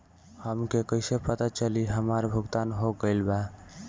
हमके कईसे पता चली हमार भुगतान हो गईल बा?